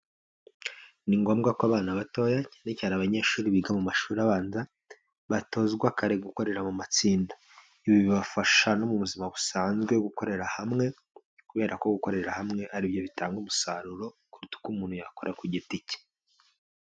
Ni ngombwa ko abana batoya cyane cyane abanyeshuri biga mu mashuri abanza batozwa kare gukorera mu matsinda, ibi bibafasha no mu buzima busanzwe gukorera hamwe kubera ko gukorera hamwe ari byo bitanga umusaruro, kuruta uko umuntu yakora ku giti cye.